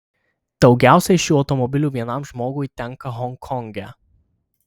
daugiausiai šių automobilių vienam žmogui tenka honkonge